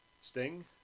sting